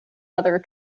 other